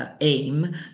aim